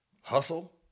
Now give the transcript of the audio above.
hustle